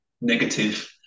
negative